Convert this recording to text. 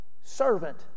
servant